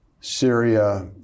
Syria